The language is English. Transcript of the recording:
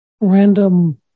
random